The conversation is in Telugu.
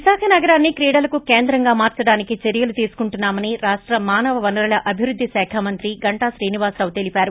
విశాఖ నగరాన్ని క్రీడలకు కేంద్రంగా మార్సడానికి చర్యలు తీసుకుంటున్నా మని రాష్ట మానవ వనరుల అభివృద్ది శాఖ మంత్రి గంటా శ్రీనివాసరావు తెలిపారు